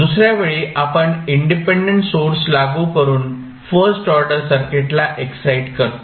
दुसर्यावेळी आपण independent source लागू करुन फर्स्ट ऑर्डर सर्किटला एक्साइट करतो